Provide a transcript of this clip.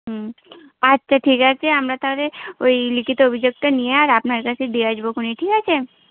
হুম আচ্ছা ঠিক আছে আমরা তাহলে ওই লিখিত অভিযোগটা নিয়ে আর আপনার কাছে দিয়ে আসবো খনে ঠিক আছে